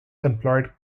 employed